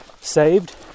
saved